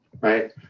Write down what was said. right